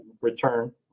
return